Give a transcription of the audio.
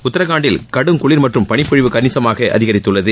உத்தராகண்டில் கடும் குளிர் மற்றும் பனிப்பொழிவு கணிசமாக அதிகரித்துள்ளது